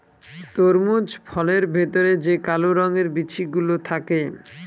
তরমুজ ফলের ভেতরে যে কালো রঙের বিচি গুলো থাকে